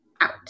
out